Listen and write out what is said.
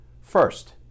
First